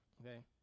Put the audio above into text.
Okay